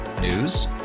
News